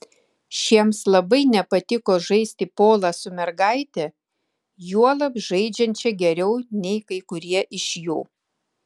šiems labai nepatiko žaisti polą su mergaite juolab žaidžiančia geriau nei kai kurie iš jų